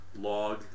log